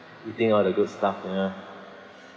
eating all the good stuff you know